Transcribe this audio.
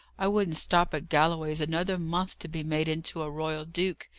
i wouldn't stop at galloway's another month to be made into a royal duke.